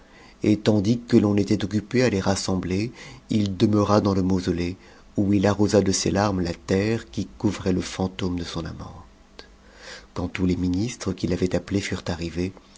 et tandis que l'on était occupé à les rassembler il demeura dans le mausolée où il arrosa de ses larmes la terre qui ouvrait le fantôme de son amante quand tous les ministres qu'il avait appelés furent arrivés